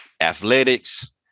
athletics